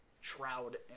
Shroud